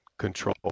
control